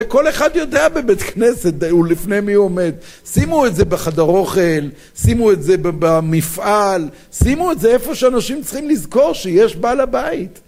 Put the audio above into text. כל אחד יודע בבית כנסת לפני מי הוא עומד, שימו את זה בחדר אוכל, שימו את זה במפעל, שימו את זה איפה שאנשים צריכים לזכור שיש בעל הבית.